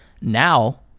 now